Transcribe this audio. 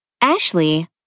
Ashley